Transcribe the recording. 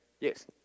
Yes